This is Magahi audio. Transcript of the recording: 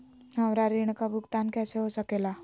हमरा ऋण का भुगतान कैसे हो सके ला?